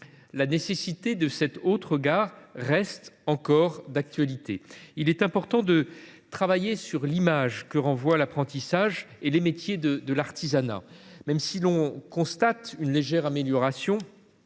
la nécessité de porter un « autre regard » reste d’actualité. Il est important de travailler sur l’image que renvoient l’apprentissage et les métiers de l’artisanat. Même si l’on constate une légère amélioration,